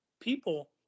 people